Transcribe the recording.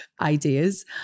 ideas